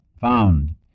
found